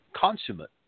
consummate